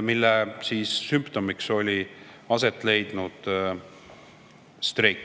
mille sümptomiks oli asetleidnud streik.